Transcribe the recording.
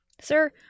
Sir